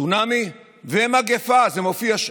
צונאמי ומגפה, וזה מופיע שם.